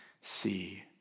see